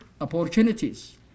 opportunities